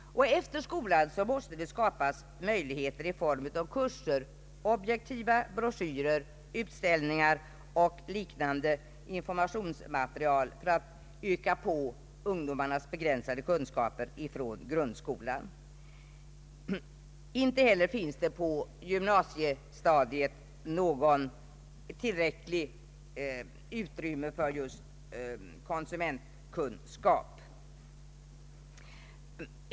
Efter skolan måste det skapas möjligheter i form av kurser, objektiva broschyrer och liknande informationsmaterial för att öka ungdomarnas begränsade kunskaper från grundskolan. På gymnasiestadiet finns inte heller tillräckligt utrymme för konsumentkunskap.